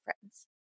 friends